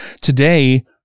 Today